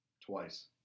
twice